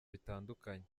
bitandukanye